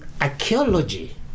archaeology